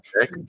check